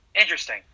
interesting